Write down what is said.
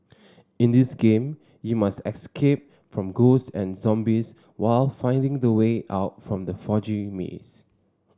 in this game you must escape from ghost and zombies while finding the way out from the foggy maze